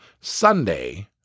Sunday